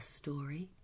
story